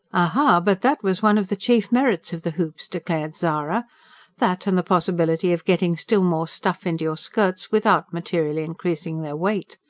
aha! but that was one of the chief merits of the hoops, declared zara that, and the possibility of getting still more stuff into your skirts without materially increasing their weight.